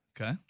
okay